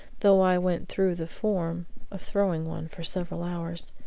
though i went through the form of throwing one for several hours.